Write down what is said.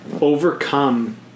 overcome